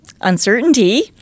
uncertainty